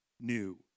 new